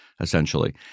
essentially